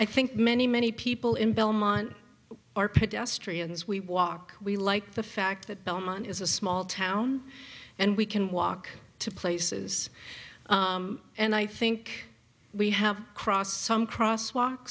i think many many people in belmont are pedestrians we walk we like the fact that belmont is a small town and we can walk to places and i think we have crossed some crosswalk